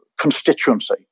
constituency